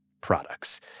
products